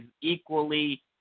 equally